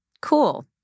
Cool